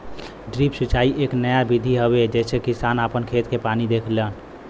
drip सिंचाई एक नया विधि हवे जेसे किसान आपन खेत के पानी देलन